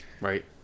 Right